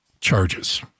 charges